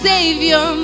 Savior